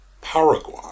Paraguay